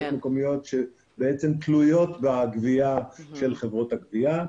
מקומיות שתלויות בגבייה של חברות הגבייה.